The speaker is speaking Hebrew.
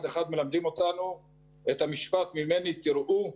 אחת מלמדים אותנו את המשפט: ממני תיראו,